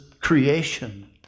creation